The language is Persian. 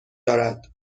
دارد